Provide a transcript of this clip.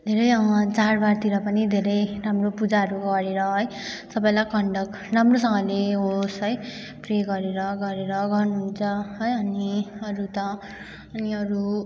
धेरै चाड बाडतिर पनि धेरै राम्रो पूजाहरू गरेर है सबैलाई कन्डक्ट राम्रोसँगले होस् है प्रे गरेर गरेर गर्नुहुन्छ है अनि अरू त अनि अरू